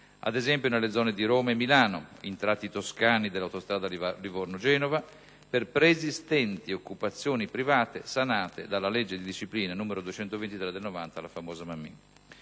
ad esempio nelle zone di Roma e Milano o in tratti toscani dell'autostrada Livorno-Genova, per preesistenti occupazioni private "sanate" dalla legge di disciplina n. 223 del 1990 (cosiddetta